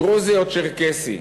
דרוזי או צ'רקסי.